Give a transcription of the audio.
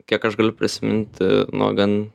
kiek aš galiu prisiminti nuo gan